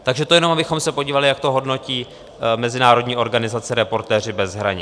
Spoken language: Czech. Takže to jenom abychom se podívali, jak to hodnotí mezinárodní organizace Reportéři bez hranic.